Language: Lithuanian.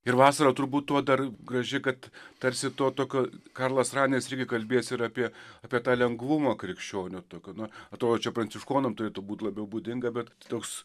ir vasarą turbūt tuo dar graži kad tarsi to tokio karlas raineris irgi kalbėjęs yra apie apie tą lengvumą krikščionio tokio na to čia pranciškonam turėtų būti labiau būdinga bet toks